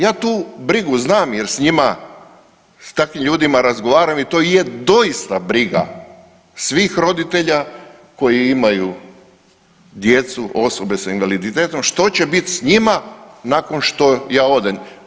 Ja tu brigu znam jer sa njima, sa takvim ljudima razgovaram i to je doista briga svih roditelja koji imaju djecu, osobe sa invaliditetom što će biti sa njima nakon što ja odem.